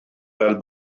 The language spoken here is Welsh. fel